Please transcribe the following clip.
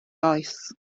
oes